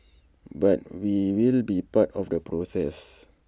but we will be part of the process